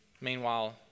meanwhile